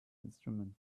instrument